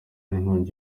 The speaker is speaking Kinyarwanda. n’inkongi